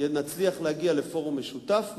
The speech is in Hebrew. נצליח להגיע לפורום משותף,